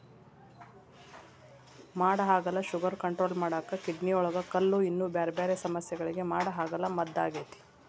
ಮಾಡಹಾಗಲ sugar control ಮಾಡಾಕ, ಕಿಡ್ನಿಯೊಳಗ ಕಲ್ಲು, ಇನ್ನೂ ಬ್ಯಾರ್ಬ್ಯಾರೇ ಸಮಸ್ಯಗಳಿಗೆ ಮಾಡಹಾಗಲ ಮದ್ದಾಗೇತಿ